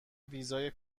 ویزای